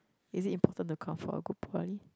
is it important to come for a good poly